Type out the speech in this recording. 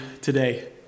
today